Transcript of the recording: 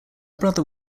brother